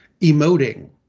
emoting